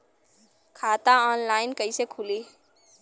खाता ऑनलाइन कइसे खुली?